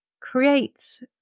create